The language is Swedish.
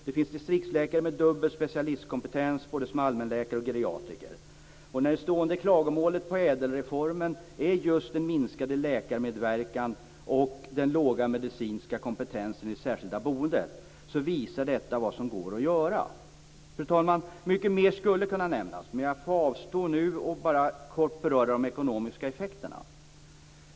Det finns distriktsläkare med dubbel specialistkompetens som både allmänläkare och geriatriker. När det stående klagomålet på ädelreformen är just den minskade läkarmedverkan och den låga medicinska kompetensen i särskilda boenden visar detta vad som går att göra. Fru talman! Mycket mer skulle kunna nämnas, men jag får avstå nu och bara kort beröra de ekonomiska effekterna.